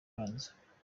abanza